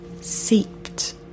seeped